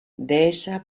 dehesa